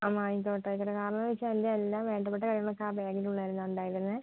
എന്നാൽ ആയിക്കോട്ടെ കാരണോന്നുവെച്ചാൽ എൻ്റെ എല്ലാ വേണ്ടപ്പെട്ട കാര്യങ്ങളൊക്കെ ആ ബാഗിൻ്റെ ഉള്ളിലായിരുന്നു ഉണ്ടായിരുന്നത്